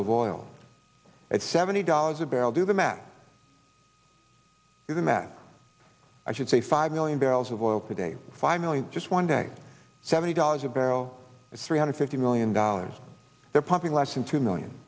of oil at seventy dollars a barrel do the math is a man i should say five million barrels of oil today finally just one day seventy dollars a barrel is three hundred fifty million dollars they're pumping less than two million